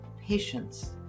patience